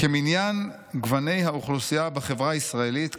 "כמניין גוני האוכלוסייה בחברה הישראלית,